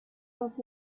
was